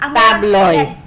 tabloid